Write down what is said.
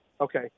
Okay